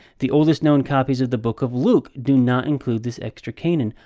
the oldest known copies of the book of luke do not include this extra cainan.